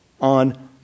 on